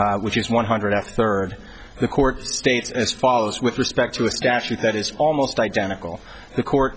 two which is one hundred after third the court states as follows with respect to a statute that is almost identical the court